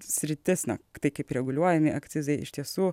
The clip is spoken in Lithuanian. sritis na tai kaip reguliuojami akcizai iš tiesų